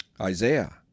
Isaiah